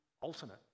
alternate